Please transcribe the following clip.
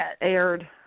aired